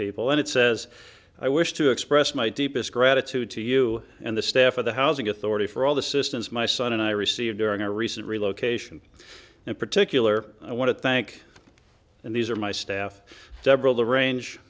people and it says i wish to express my deepest gratitude to you and the staff of the housing authority for all the systems my son and i received during a recent relocation in particular i want to thank you and these are my staff several the range